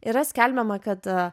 yra skelbiama kad